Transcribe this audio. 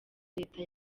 leta